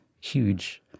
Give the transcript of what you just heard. huge